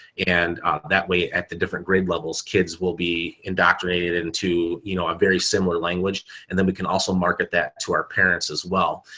and that way at the different grade levels kids will be indoctrinated into, you know, a very similar language and then we can also market that to our parents as well.